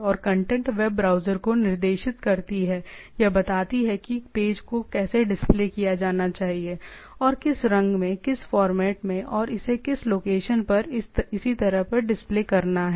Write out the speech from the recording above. और content web browser को निर्देशित करती है या बताती है कि पेज को कैसे डिस्प्ले किया जाना चाहिए और किस रंग में किस फॉर्मेट में और इसे किस लोकेशन और इसी तरह डिस्प्ले करना है